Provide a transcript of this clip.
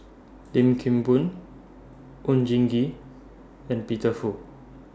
Lim Kim Boon Oon Jin Gee and Peter Fu